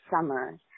summer